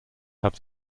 have